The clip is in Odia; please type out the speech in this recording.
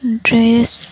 ଡ୍ରେସ୍